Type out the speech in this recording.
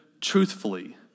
truthfully